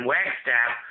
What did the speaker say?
Wagstaff